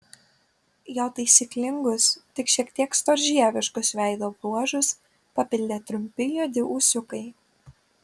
jo taisyklingus tik šiek tiek storžieviškus veido bruožus papildė trumpi juodi ūsiukai